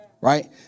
Right